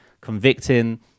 convicting